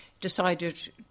decided